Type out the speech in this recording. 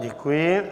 Děkuji.